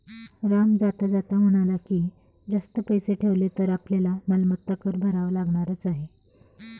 राम जाता जाता म्हणाला की, जास्त पैसे ठेवले तर आपल्याला मालमत्ता कर भरावा लागणारच आहे